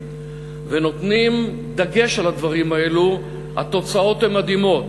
ונותנים דגש בדברים האלה התוצאות הן מדהימות,